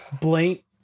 blank